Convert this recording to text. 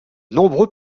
nombreux